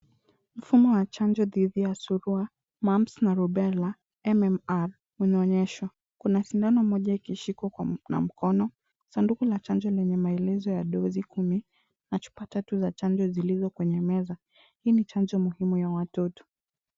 Mfumo wa chanjo dhidi ya surua, mumps na rubella, MMR unaonyeshwa. Kuna sindano moja ikishikwa na mkono, sanduku la chanjo lenye maelezo ya dose kumi na chupa tatu za chanjo zilizo kwenye meza. Hii ni chanjo muhimu ya watoto.